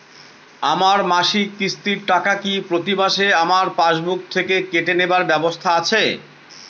আমার মাসিক কিস্তির টাকা কি প্রতিমাসে আমার পাসবুক থেকে কেটে নেবার ব্যবস্থা আছে?